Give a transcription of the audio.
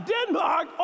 Denmark